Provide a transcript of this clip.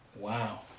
Wow